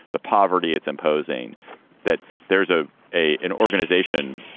the poverty. it's imposing that there's a a an organization